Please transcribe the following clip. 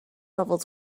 levels